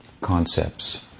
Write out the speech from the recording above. concepts